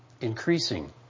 increasing